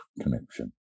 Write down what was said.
connection